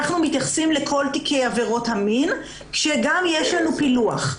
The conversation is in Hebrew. אנחנו מתייחסים לכל תיקי עבירות המין כשגם יש לנו פילוח.